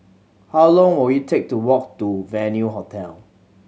how long will it take to walk to Venue Hotel